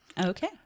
Okay